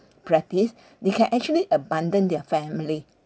practice they can actually abandon their family